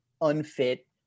unfit